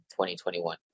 2021